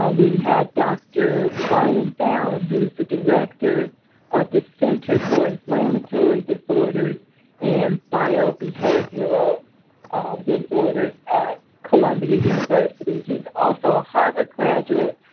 we had dr. brian fallon who's the director of the center for neuroinflammatory disorders and bio-behavioral disorders at columbia university. he's also a harvard graduate,